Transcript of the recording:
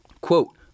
Quote